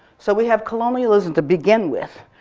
so we have colonialism to begin with,